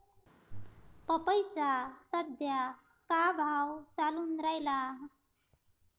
पपईचा सद्या का भाव चालून रायला?